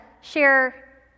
share